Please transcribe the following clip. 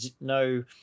no